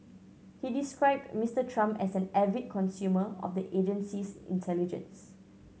he described Mister Trump as an avid consumer of the agency's intelligence